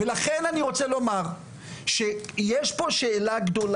אמרתי לו "יופי, ואת השיר שלה 'עקרה',